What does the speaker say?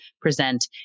present